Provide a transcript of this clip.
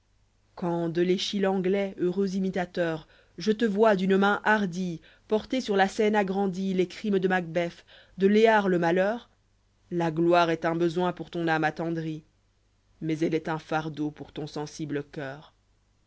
vuand de l'eschyle anglois heureux imitateur je te vois d'une main hardie porter sur la scène agrandie les crimes dé macbeth de léar le malheur la gloire est un besoin pour ton âme attendrie mais elle est un fardeau pour ton sensible coeur